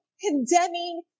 condemning